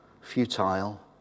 futile